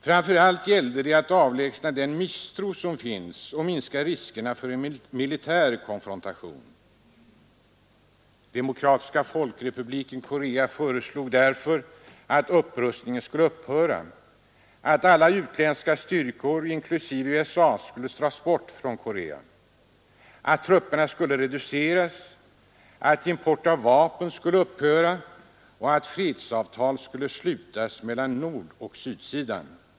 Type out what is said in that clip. Framför allt gällde det att avlägsna den misstro som finns och minska riskerna för en militär konfrontation. Demokratiska folkrepubliken Korea föreslog därför att upprustningen skulle upphöra, att alla utländska styrkor — inklusive USA:s — skulle dras bort från Korea, att trupperna skulle reduceras, att importen av vapen skulle upphöra samt att fredsavtal skulle slutas mellan nordoch sydsidan.